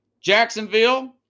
Jacksonville